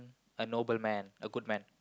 a noble man a good man